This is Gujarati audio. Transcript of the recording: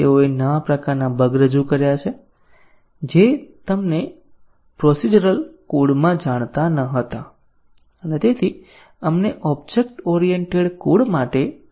તેઓએ નવા પ્રકારના બગ રજૂ કર્યા જે તમને પ્રોસિજરલ કોડમાં જાણતા ન હતા અને આપણને ઓબ્જેક્ટ ઓરિએન્ટેડ કોડ માટે અલગ ટેસ્ટીંગ ની જરૂર છે